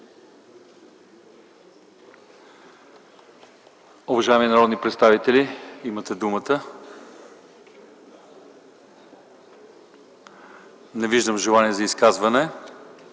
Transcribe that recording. Уважаеми народни представители, имате думата. Не виждам желаещи за изказвания.